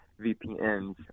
VPNs